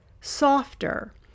softer